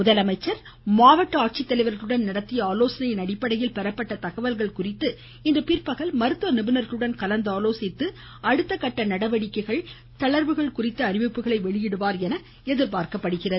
முதலமைச்சர் மாவட்ட ஆட்சித்தலைவர்களுடன் நடத்திய ஆலோசனையின் அடிப்படையில் பெறப்பட்ட தகவல் குறித்து இன்று பிற்பகல் மருத்துவ நிபுணர்களுடன் கலந்தாலோசித்து அடுத்த கட்ட நடவடிக்கைகள் குறித்து அறிவிப்புகளை வெளியிடுவார் என தெரிகிறது